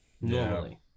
Normally